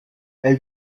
elle